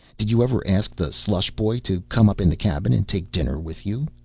did you ever ask the slush-boy to come up in the cabin and take dinner with you?